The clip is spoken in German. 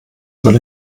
soll